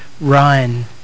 run